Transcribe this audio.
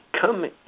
come